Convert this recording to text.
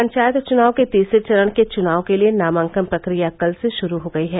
पंचायत चुनाव के तीसरे चरण के चुनाव के लिये नामांकन प्रक्रिया कल से शुरू हो गई है